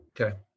Okay